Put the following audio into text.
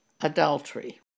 adultery